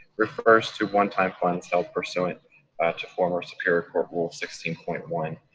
refers to one-time finance health pursuant to former superior court rule sixteen point one,